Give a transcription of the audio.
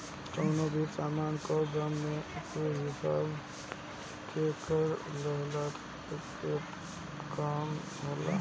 कवनो भी सामान कअ दाम के हिसाब से कर लेहला के काम होला